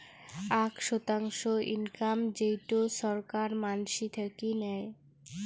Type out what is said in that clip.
আক শতাংশ ইনকাম যেইটো ছরকার মানসি থাকি নেয়